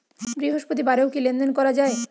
বৃহস্পতিবারেও কি লেনদেন করা যায়?